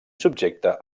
subjecte